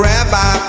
Rabbi